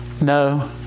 No